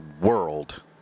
world